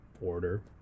order